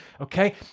okay